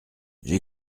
j’ai